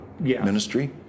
Ministry